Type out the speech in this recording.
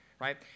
right